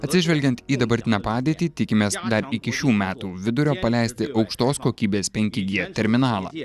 atsižvelgiant į dabartinę padėtį tikimės dar iki šių metų vidurio paleisti aukštos kokybės penki g terminalą